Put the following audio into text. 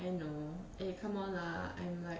I know eh come on lah I'm like